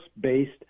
based